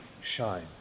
shine